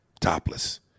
topless